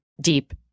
deep